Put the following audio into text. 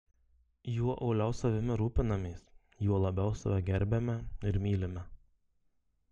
juo uoliau savimi rūpinamės juo labiau save gerbiame ir mylime